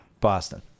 Boston